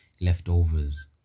leftovers